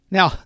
Now